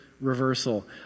reversal